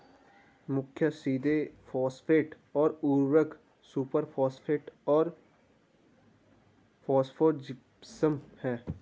मुख्य सीधे फॉस्फेट उर्वरक सुपरफॉस्फेट और फॉस्फोजिप्सम हैं